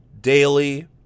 daily